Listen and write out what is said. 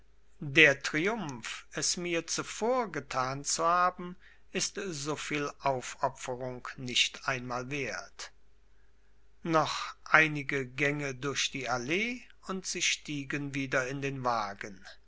der triumph es mir zuvor getan zu haben ist soviel aufopferung nicht einmal wert noch einige gänge durch die allee und sie stiegen wieder in den wagen